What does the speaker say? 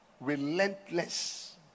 relentless